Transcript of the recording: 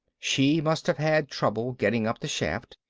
she must have had trouble getting up the shaft,